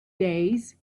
days